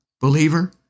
Believer